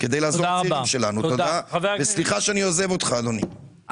תודה וסליחה שאני עוזב אותך אדוני,